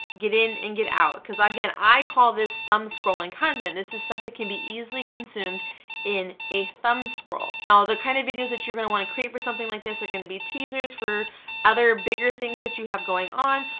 get in and get out, cause again, i call this thumb scrolling content. this is stuff that can be easily consumed in a thumb scroll. now, the kind of videos that you're gonna want to create for something like this are going to be teasers for other bigger things that you have going on,